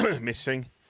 missing